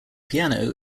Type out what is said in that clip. piano